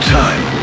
time